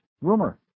Rumor